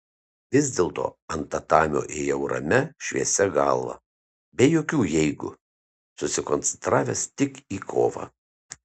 vis dėlto ant tatamio ėjau ramia šviesia galva be jokių jeigu susikoncentravęs tik į kovą